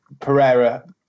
pereira